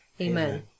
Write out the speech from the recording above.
amen